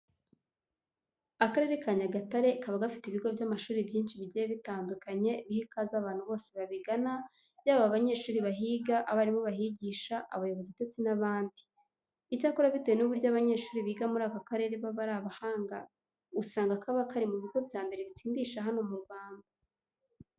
Akarere ka Nyagatare kaba gafite ibigo by'amashuri byinshi bigiye bitandukanye biha ikaze abantu bose babigana yaba abanyeshuri bahiga, abarimu bahigisha, abayobozi ndetse n'abandi. Icyakora bitewe n'uburyo abanyeshuri biga muri aka karere baba ari abahanga, usanga kaba kari mu bigo bya mbere bitsindisha hano mu Rwanda.